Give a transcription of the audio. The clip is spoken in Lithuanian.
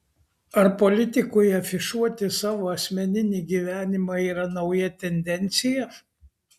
ar politikui afišuoti savo asmeninį gyvenimą yra nauja tendencija